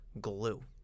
glue